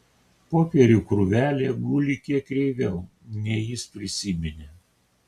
popierių krūvelė guli kiek kreiviau nei jis prisiminė